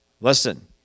Listen